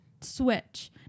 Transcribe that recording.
switch